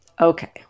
Okay